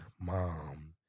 mom